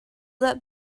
that